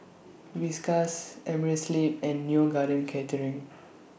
Whiskas Amerisleep and Neo Garden Catering